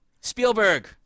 Spielberg